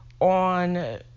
on